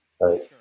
Right